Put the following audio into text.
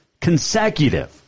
consecutive